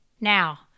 Now